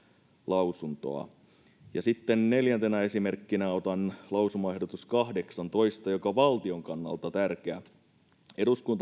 lausuntoa sitten neljäntenä esimerkkinä otan lausumaehdotus kahdeksantoista joka on valtion kannalta tärkeä eduskunta